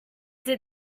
did